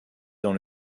dans